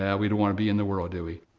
yeah we don't want to be in the world, do we?